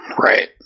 right